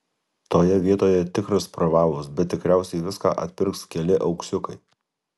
toje vietoje tikras pravalas bet tikriausiai viską atpirks keli auksiukai